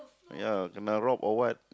ya kena rob or what